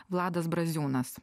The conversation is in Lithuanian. vladas braziūnas